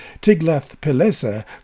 Tiglath-Pileser